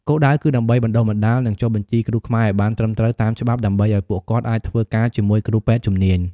គោលដៅគឺដើម្បីបណ្តុះបណ្តាល និងចុះបញ្ជីគ្រូខ្មែរឱ្យបានត្រឹមត្រូវតាមច្បាប់ ដើម្បីឱ្យពួកគាត់អាចធ្វើការជាមួយគ្រូពេទ្យជំនាញ។